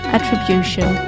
Attribution